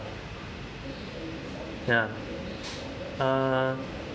ya uh